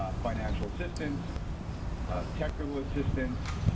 financial assistance technical assistance.